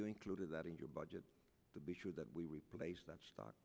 you included that in your budget to be sure that we replace that stock